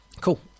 Cool